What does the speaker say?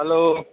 hello